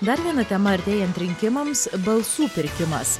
dar viena tema artėjant rinkimams balsų pirkimas